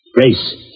Grace